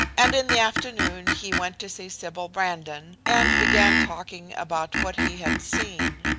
and in the afternoon he went to see sybil brandon, and began talking about what he had seen.